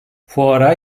fuara